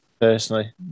personally